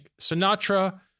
Sinatra